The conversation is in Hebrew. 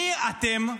מי אתם,